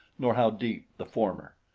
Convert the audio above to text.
nor how deep the former.